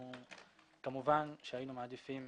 כמובן היינו מעדיפים